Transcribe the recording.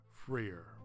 freer